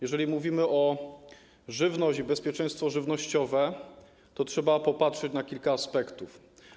Jeżeli mówimy o żywności i bezpieczeństwie żywnościowym, to trzeba popatrzeć na kilka aspektów.